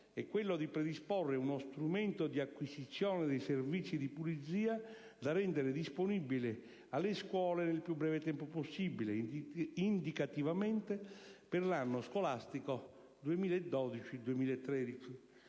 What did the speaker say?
è quello di predisporre uno strumento di acquisizione dei servizi di pulizia da rendere disponibile alle scuole nel più breve tempo possibile, indicativamente per l'anno scolastico 2012-2013.